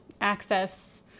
access